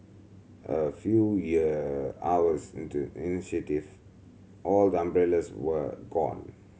a few year hours into initiative all umbrellas were gone